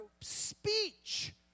speech